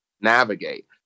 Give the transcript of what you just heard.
navigate